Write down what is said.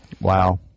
Wow